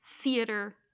theater